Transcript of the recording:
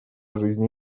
жизни